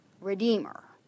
redeemer